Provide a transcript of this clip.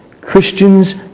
Christians